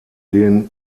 den